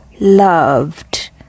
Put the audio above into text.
loved